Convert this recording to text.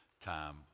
time